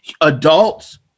adults